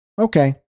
Okay